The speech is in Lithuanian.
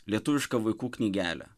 lietuvišką vaikų knygelę